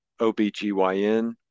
OBGYN